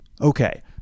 Okay